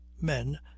men